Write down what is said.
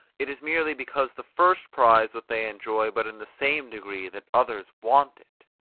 it is merely because the first prize what they enjoy but in the same degree that others want it,